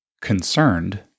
concerned